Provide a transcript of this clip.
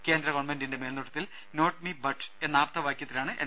കേന്ദ്ര ഗവൺമെന്റിന്റെ മേൽനോട്ടത്തിൽ നോട്ട് മീ ബട്ട് യൂ എന്ന ആപ്തവാക്യത്തിലാണ് എൻ